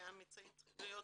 האמצעים צריכים להיות